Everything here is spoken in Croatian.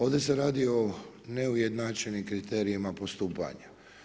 Ovdje se radi o neujednačenim kriterijima postupanja.